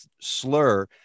slur